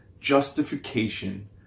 justification